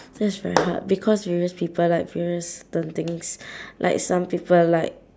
that's very hard because various people like various different things like some people like